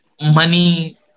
money